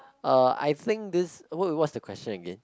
uh I think this wait what's the question again